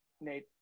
Nate